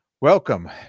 welcome